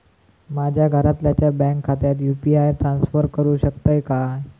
माझ्या घरातल्याच्या बँक खात्यात यू.पी.आय ट्रान्स्फर करुक शकतय काय?